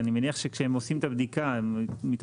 אני מניח שכשהם עושים את הבדיקה הם מתעמקים,